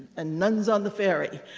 and nuns on the ferry.